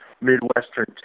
Midwestern